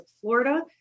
Florida